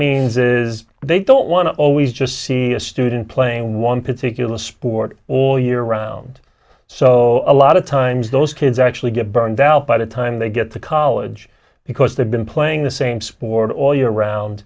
means is they don't want to always just see a student playing one particular sport all year round so a lot of times those kids actually get burned out by the time they get to college because they've been playing the same sport all year round